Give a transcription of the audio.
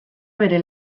bere